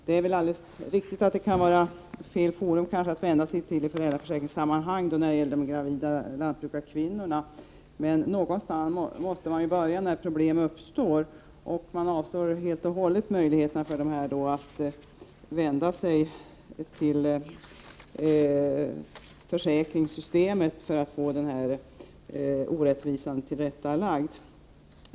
Det är kanske alldeles riktigt att detta kan vara fel forum att vända sig till för de gravida lantbrukarkvinnorna i föräldraförsäkringssammanhang. Men någonstans måste man ju börja när problem uppstår. Utskottet avstyrker helt förslaget att dessa kvinnor skall ha möjlighet att vända sig till försäkringssystemet för att få den här orättvisan ändrad.